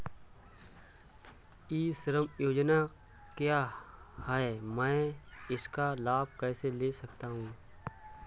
ई श्रम योजना क्या है मैं इसका लाभ कैसे ले सकता हूँ?